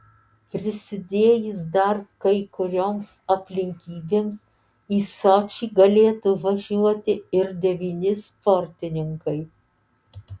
prisidėjus dar kai kurioms aplinkybėms į sočį galėtų važiuoti ir devyni sportininkai